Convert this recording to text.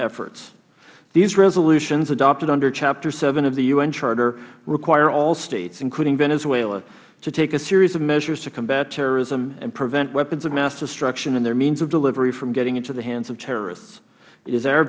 efforts these resolutions adopted under chapter vii of the u n charter require all states including venezuela to take a series of measures to combat terrorism and prevent weapons of mass destruction and their means of delivery from getting into the hands of terrorists i